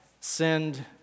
Send